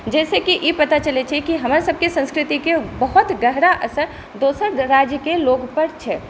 जाहिसँ ई पता चलै छै कि हमर सबके संस्कृतिके बहुत गहरा असर दोसर राज्यके लोकपर छै